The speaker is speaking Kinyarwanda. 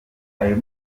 ayo